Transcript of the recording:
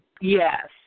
Yes